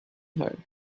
her